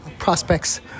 prospects